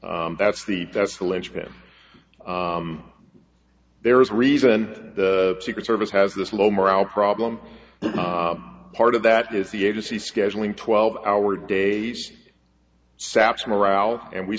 that's the that's the linchpin there is reason the secret service has this low morale problem part of that is the agency scheduling twelve hour days saps morale and we